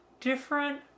different